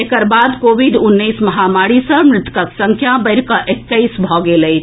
एकर बाद कोविड उन्नैस महामारी सँ मृतकक संख्या बढ़ि कऽ एक्कैस भऽ गेल अछि